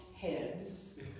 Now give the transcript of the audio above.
heads